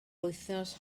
wythnos